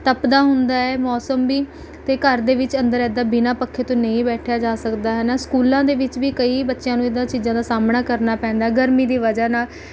ਤਪਦਾ ਹੁੰਦਾ ਹੈ ਮੌਸਮ ਵੀ ਅਤੇ ਘਰ ਦੇ ਵਿੱਚ ਅੰਦਰ ਏਦਾਂ ਬਿਨਾਂ ਪੱਖੇ ਤੋਂ ਨਹੀਂ ਬੈਠਿਆ ਜਾ ਸਕਦਾ ਹੈ ਨਾ ਸਕੂਲਾਂ ਦੇ ਵਿੱਚ ਵੀ ਕਈ ਬੱਚਿਆਂ ਨੂੰ ਇਨ੍ਹਾਂ ਚੀਜ਼ਾਂ ਦਾ ਸਾਹਮਣਾ ਕਰਨਾ ਪੈਂਦਾ ਗਰਮੀ ਦੀ ਵਜ੍ਹਾ ਨਾਲ